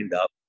up